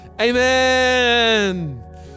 Amen